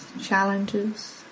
challenges